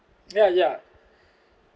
ya ya